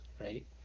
right